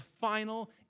final